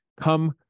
come